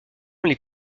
les